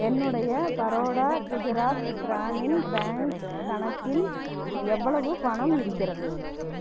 என்னுடைய பரோடா குஜராத் கிராமின் பேங்க் கணக்கில் எவ்வளவு பணம் இருக்கிறது